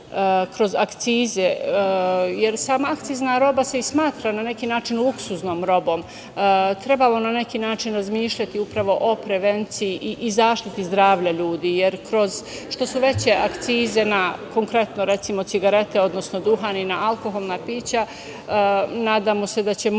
kroz akcize, jer sama akcizna roba se smatra na neki način luksuznom robom, trebalo na neki način razmišljati o prevenciji i zaštiti zdravlja ljudi, jer što su veće akcize na cigarete, odnosno duvan i na alkoholna pića, nadamo se da će možda